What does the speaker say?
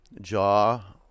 Jaw